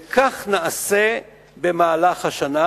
וכך נעשה במהלך השנה.